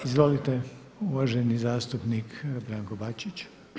Izvolite uvaženi zastupnik Branko Bačić.